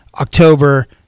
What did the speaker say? October